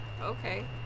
Okay